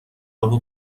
راهو